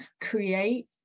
create